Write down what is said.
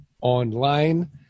Online